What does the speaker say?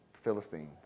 Philistines